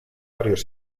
varios